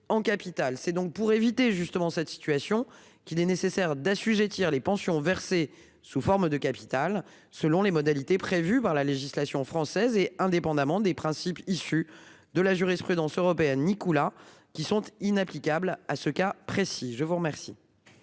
C'est donc pour éviter justement cette situation qu'il est nécessaire d'assujettir les pensions versées sous forme de capital selon les modalités prévues par la législation française et indépendamment des principes issus de la jurisprudence européenne. Nicolas qui sont inapplicables à ce cas précis, je vous remercie.